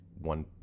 one